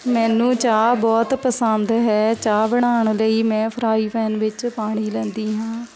ਮੈਨੂੰ ਚਾਹ ਬਹੁਤ ਪਸੰਦ ਹੈ ਚਾਹ ਬਣਾਉਣ ਲਈ ਮੈਂ ਫਰਾਈ ਪੈਨ ਵਿੱਚ ਪਾਣੀ ਲੈਂਦੀ ਹਾਂ